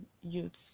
youths